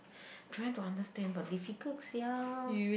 trying to understand but difficult sia